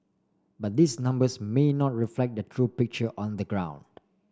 but these numbers may not reflect the true picture on the ground